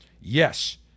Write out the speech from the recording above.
yes